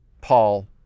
Paul